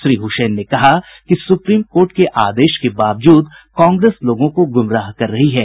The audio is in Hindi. श्री हुसैन ने कहा कि सुप्रीम कोर्ट के आदेश के बावजूद कांग्रेस लोगों को गुमराह कर रही है